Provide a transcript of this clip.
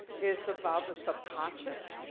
it's about the subconscious.